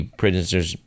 prisoners